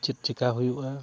ᱪᱮᱫ ᱪᱮᱠᱟ ᱦᱩᱭᱩᱜᱼᱟ